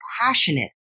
passionate